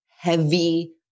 heavy